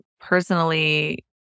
personally